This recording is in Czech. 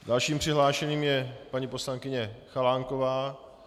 Dalším přihlášeným je paní poslankyně Chalánková.